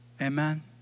amen